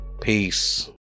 Peace